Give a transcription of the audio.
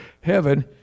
heaven